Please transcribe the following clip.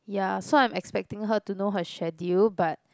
ya so I'm expecting her to know her schedule but